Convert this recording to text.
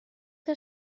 que